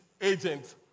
agent